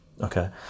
Okay